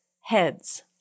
heads